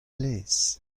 laezh